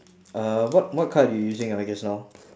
uh what what card you using ah just now